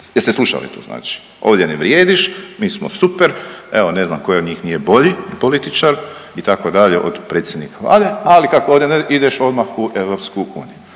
Jeste slušali to znači? Ovdje ne vrijediš, mi smo super. Evo ne znam koji od njih mi je bolji političar itd. od predsjednika Vlade, ali kako ovdje ideš odmah u EU. Znači